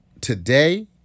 today